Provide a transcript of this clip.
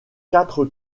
quatre